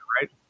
right